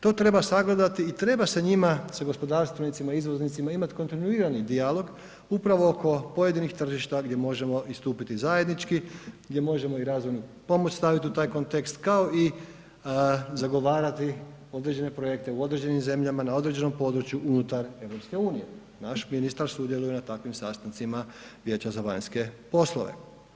To treba sagledati i treba se njima, sa gospodarstvenicima, izvoznicima imati kontinuirani dijalog upravo oko pojedinih tržišta gdje možemo istupiti zajednički, gdje možemo i razvojnu pomoć staviti u taj kontekst kao i zagovarati određene projekte u određenim zemljama na određenom području unutar EU, naš ministar sudjeluje na takvim sastancima Vijeća za vanjske poslove.